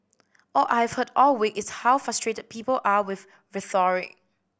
all I've heard all week is how frustrated people are with rhetoric